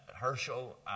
Herschel